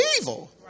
evil